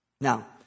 Now